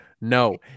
No